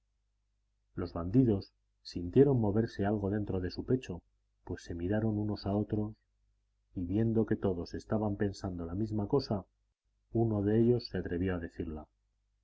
los bandidos sintieron moverse algo dentro de su pecho pues se miraron unos a otros y viendo que todos estaban pensando la misma cosa uno de ellos se atrevió a decirla